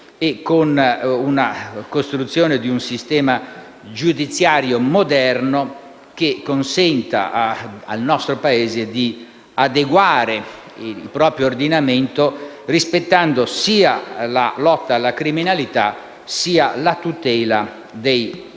e con la costruzione di un sistema giudiziario moderno che consenta al nostro Paese di adeguare il proprio ordinamento rispettando sia la lotta alla criminalità sia la tutela dei